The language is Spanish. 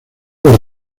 por